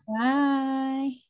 bye